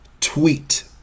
Tweet